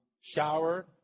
shower